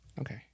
Okay